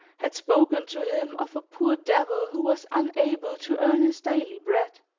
had spoken to him of a poor devil who was unable to earn his daily bread.